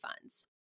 funds